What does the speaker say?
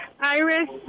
Iris